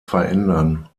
verändern